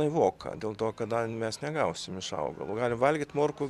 naivoka dėl to kadangi mes negausim iš augalo galim valgyt morkų